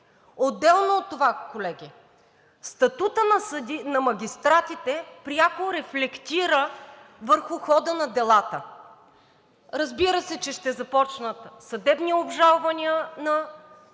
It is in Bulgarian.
Отделно от това, колеги, статутът на магистратите пряко рефлектира върху хода на делата. Разбира се, че ще започнат съдебни обжалвания на решенията